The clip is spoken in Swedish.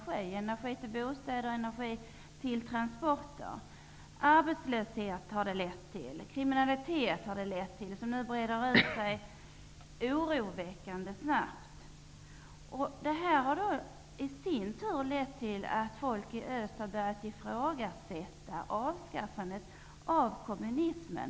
Det gäller då energi till bostäder och transporter. Vidare har nämnda modell lett till arbetslöshet och till den kriminalitet som nu breder ut sig oroväckande snabbt. Detta i sin tur har lett till att folk i öst har börjat ifrågasätta avskaffandet av kommunismen.